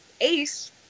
Ace